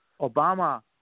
Obama